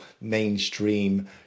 mainstream